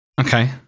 Okay